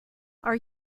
are